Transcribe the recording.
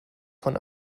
von